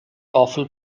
awful